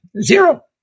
zero